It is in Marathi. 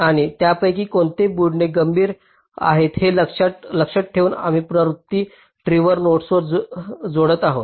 आणि त्यापैकी कोणते बुडणे गंभीर आहेत हे ध्यानात ठेवून आम्ही पुनरावृत्ती ट्रीवर नोड्स जोडत आहोत